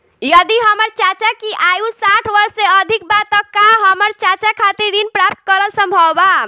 यदि हमर चाचा की आयु साठ वर्ष से अधिक बा त का हमर चाचा खातिर ऋण प्राप्त करल संभव बा